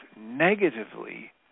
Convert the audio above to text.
negatively